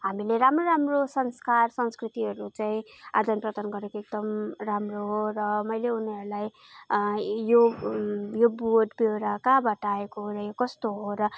हामीले राम्रो राम्रो संस्कार संस्कृतिहरू चाहिँ आदान प्रदान गरेको एकदम राम्रो हो र मैले उनीहरूलाई यो बोट विरुवा कहाँबाट आएको हो र यो कस्तो हो र